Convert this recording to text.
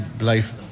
life